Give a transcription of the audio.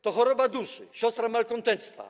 To choroba duszy, siostra malkontenctwa.